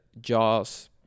Jaws